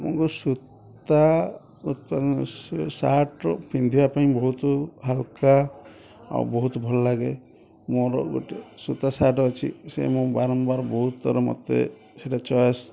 ସୂତା ସାର୍ଟ ପିନ୍ଧିବା ପାଇଁ ବହୁତ ହାଲ୍କା ଆଉ ବହୁତ ଭଲ ଲାଗେ ମୋର ଗୋଟେ ସୂତା ସାର୍ଟ ଅଛି ସେ ମୁଁ ବାରମ୍ବାର ବହୁତର ମୋତେ ସେଇଟା ଚଏସ୍